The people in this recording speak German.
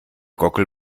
gockel